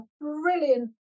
brilliant